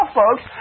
folks